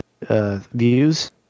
views